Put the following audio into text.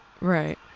right